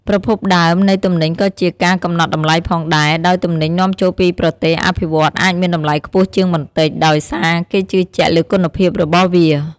ប្រភពដើម នៃទំនិញក៏ជាការកំណត់តម្លៃផងដែរ ដោយទំនិញនាំចូលពីប្រទេសអភិវឌ្ឍន៍អាចមានតម្លៃខ្ពស់ជាងបន្តិច ដោយសារគេជឿជាក់លើគុណភាពរបស់វា។